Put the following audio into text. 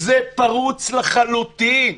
זה פרוץ לחלוטין.